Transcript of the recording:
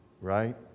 right